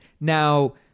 Now